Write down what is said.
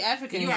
African